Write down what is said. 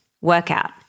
workout